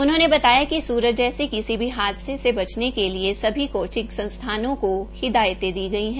उन्होंने बताया कि सुरत जैसे किसी भी हादसे से बचने के लिए सभी कोचिंग संस्थानों को हिदायतें दी गई हैं